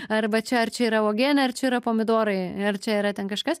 arba čia ar čia yra uogienė ar čia yra pomidorai ar čia yra ten kažkas